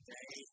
day